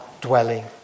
dwelling